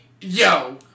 yo